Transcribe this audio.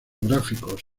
gráficos